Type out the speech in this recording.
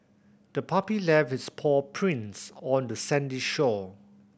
the puppy left its paw prints on the sandy shore